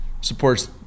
supports